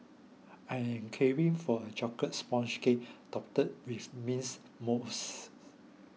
I am craving for a Chocolate Sponge Cake Topped with mints mousse